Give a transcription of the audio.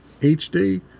HD